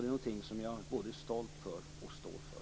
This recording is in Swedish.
Det är något som jag både är stolt över och står för.